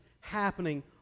happening